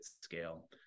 scale